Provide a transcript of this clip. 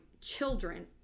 children